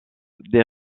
des